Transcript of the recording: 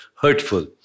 hurtful